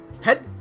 Head